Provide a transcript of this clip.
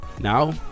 now